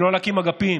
ולא להקים אגפים.